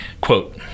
quote